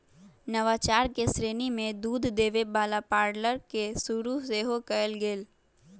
नवाचार के श्रेणी में दूध देबे वला पार्लर के शुरु सेहो कएल गेल